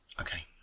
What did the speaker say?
Okay